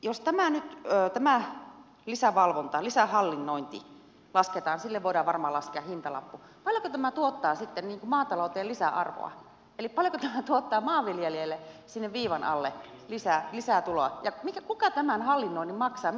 jos tämä lisävalvonta lisähallinnointi lasketaan sille voidaan varmaan laskea hintalappu niin paljonko tämä tuottaa sitten maatalouteen lisäarvoa eli paljonko tämä tuottaa maanviljelijälle sinne viivan alle lisää tuloa ja kuka tämän hallinnoinnin maksaa